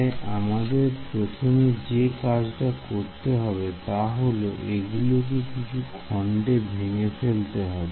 তাই আমাদের প্রথম যে কাজটা করতে হবে তাহলে এগুলিকে কিছু খণ্ডে ভেঙে ফেলতে হবে